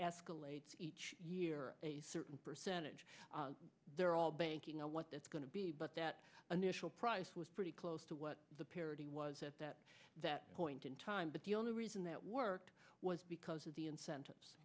escalates each year a certain percentage they're all banking on what that's going to be but that initial price was pretty close to what the parity was at that point in time but the only reason that worked was because of the incentives